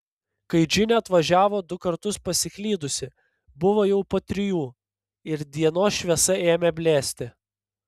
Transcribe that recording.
kai džinė atvažiavo du kartus pasiklydusi buvo jau po trijų ir dienos šviesa ėmė blėsti